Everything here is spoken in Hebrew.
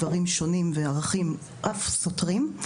סיפורים וערכים שונים ואף סותרים,